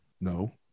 No